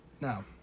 Now